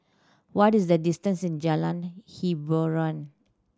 what is the distance in Jalan Hiboran